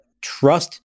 trust